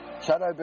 shadow